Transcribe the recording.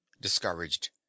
discouraged